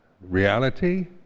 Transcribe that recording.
reality